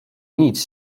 nic